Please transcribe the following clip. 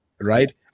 right